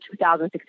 2016